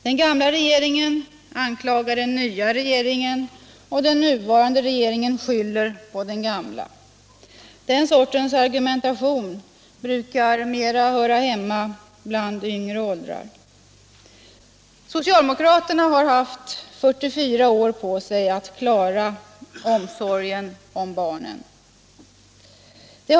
Den gamla regeringen anklagar den nya regeringen, och den nuvarande regeringen skyller på den gamla. Den sortens argumentation brukar mera höra hemma bland människor i yngre åldrar. Socialdemokraterna har haft 44 år på sig att klara frågan om barnomsorgen.